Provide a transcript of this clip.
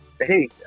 Hey